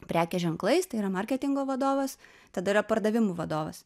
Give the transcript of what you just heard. prekės ženklais tai yra marketingo vadovas tada yra pardavimų vadovas